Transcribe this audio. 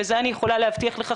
וזה אני יכולה להבטיח לך,